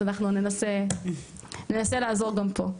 אז אנחנו ננסה לעזור גם פה.